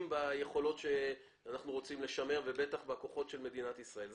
ביכולות שאנחנו רוצים לשמר ובטח בכוחות של מדינת ישראל.